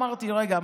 אמרתי: רגע,